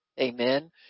Amen